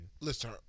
Listen